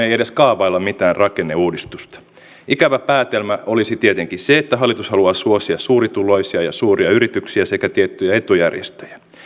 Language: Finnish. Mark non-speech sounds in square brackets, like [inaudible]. [unintelligible] ei edes kaavailla mitään rakenneuudistusta ikävä päätelmä olisi tietenkin se että hallitus haluaa suosia suurituloisia ja suuria yrityksiä sekä tiettyjä etujärjestöjä